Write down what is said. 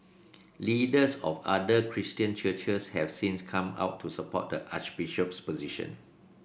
leaders of other Christian churches have since come out to support the Archbishop's position